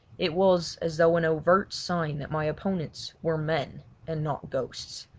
it was as though an overt sign that my opponents were men and not ghosts,